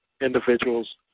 individuals